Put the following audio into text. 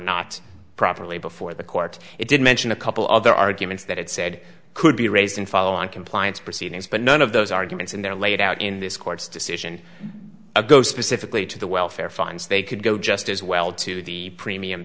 not properly before the court it did mention a couple of the arguments that it said could be raised in follow on compliance proceedings but none of those arguments in there laid out in this court's decision go specifically to the welfare funds they could go just as well to the premium